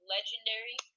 Legendary